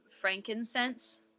frankincense